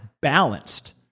balanced